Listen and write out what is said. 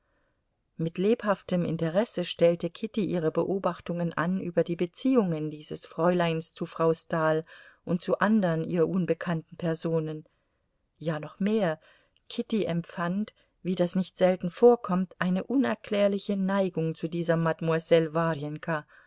mit lebhaftem interesse stellte kitty ihre beobachtungen an über die beziehungen dieses fräuleins zu frau stahl und zu andern ihr unbekannten personen ja noch mehr kitty empfand wie das nicht selten vorkommt eine unerklärliche neigung zu dieser mademoiselle